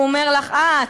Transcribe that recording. והוא אומר לך: אה,